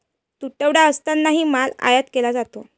तुटवडा असतानाही माल आयात केला जातो